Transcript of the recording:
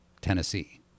Tennessee